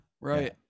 right